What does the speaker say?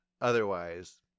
otherwise